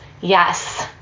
yes